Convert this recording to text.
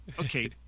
okay